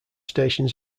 stations